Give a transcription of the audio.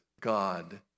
God